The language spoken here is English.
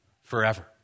forever